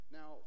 Now